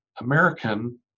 American